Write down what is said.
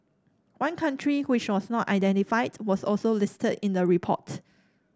one country which was not identified was also listed in the report